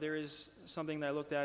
there is something that looked at